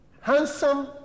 handsome